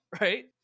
Right